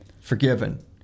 forgiven